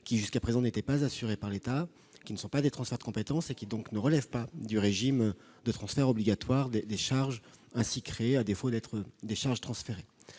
qui, jusqu'à présent, n'étaient pas assurées par l'État, qui ne sont pas des transferts de compétences et qui, donc, ne relèvent pas du régime de transfert obligatoire des charges ainsi créées, faute d'être des charges transférées.